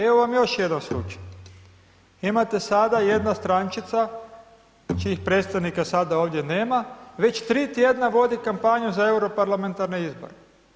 Evo vam još jedan slučaj, imate sada jedna strančica, čijih predstavnika sada ovdje nema, već 3 tjedna vodi kampanju za europarlamentarne izbore.